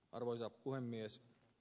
arvoisa puhemies